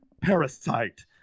Parasite